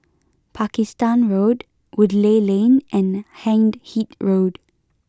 Pakistan Road Woodleigh Lane and Hindhede Road